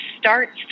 starts